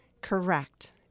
Correct